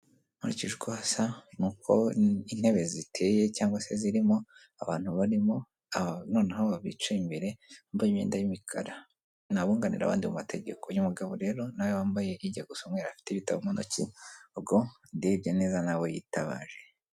Nkurikije uko hasa n'uko intebe ziteye, cyangwa se zirimo, abantu barimo, noneho aba bicaye imbere bambaye imyenda y'imikara ni abunganira abandi mu mategeko. Uyu mugabo rero nawe wambaye ijya gusa umweru, afite igitabo mu ntoki, ubwo ndebye neza ni abo yitabaje.